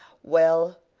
well,